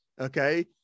Okay